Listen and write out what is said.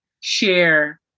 share